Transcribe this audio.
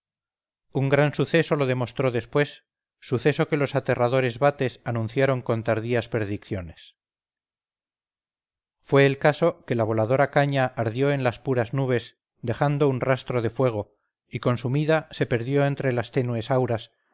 un gran suceso lo demostró después suceso que los aterradores vates anunciaron con tardías predicciones fue el caso que la voladora caña ardió en las puras nubes dejando un rastro de fuego y consumida se perdió entre las tenues auras